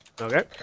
Okay